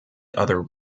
other